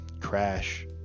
Crash